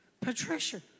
Patricia